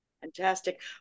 Fantastic